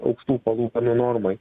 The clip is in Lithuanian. aukštų palūkanų normoj